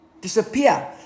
disappear